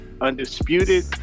undisputed